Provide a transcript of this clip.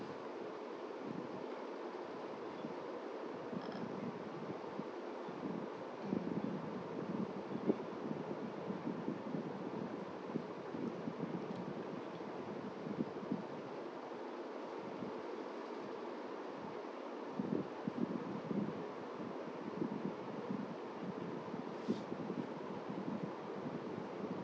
mm